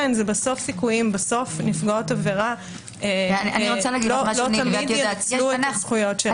בסוף נפגעות עבירה לא תמיד ינצלו את הזכויות שלהן.